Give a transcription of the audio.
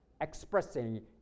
expressing